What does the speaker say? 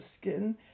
skin